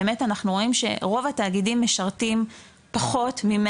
באמת אנחנו רואים שרוב התאגידים משרתים פחות מ-